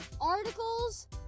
articles